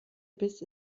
biss